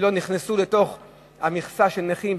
שלא נכנסו לתוך המכסה של נכים,